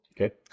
Okay